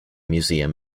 museum